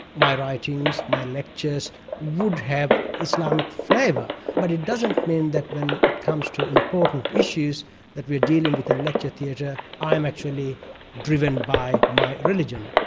my writings, my lectures would have islamic flavour but it doesn't mean that when it comes to important issues that we're dealing with in a lecture theatre i'm actually driven by my religion.